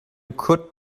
could